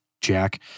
Jack